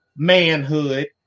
manhood